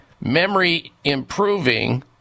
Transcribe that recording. memory-improving